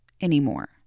anymore